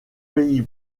pays